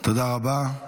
תודה רבה.